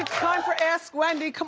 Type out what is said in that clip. time for ask wendy.